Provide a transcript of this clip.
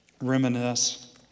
reminisce